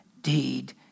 deed